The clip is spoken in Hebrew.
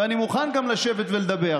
ואני גם מוכן לשבת ולדבר,